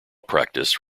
practice